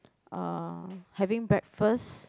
uh having breakfast